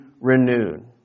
renewed